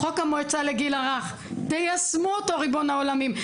חוק המועצה לגיל הרך, תיישמו אותו ריבון העולמים.